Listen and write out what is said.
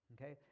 Okay